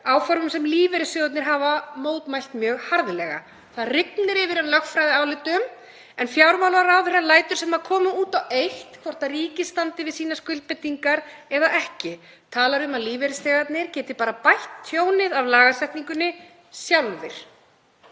áform sem lífeyrissjóðirnir hafa mótmælt mjög harðlega. Það rignir yfir hann lögfræðiálitum en fjármálaráðherrann lætur sem það komi út á eitt hvort ríkið standi við skuldbindingar sínar eða ekki, talar um að lífeyrisþegarnir geti bara bætt tjónið af lagasetningunni sjálfir.